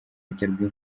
biterwa